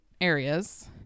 areas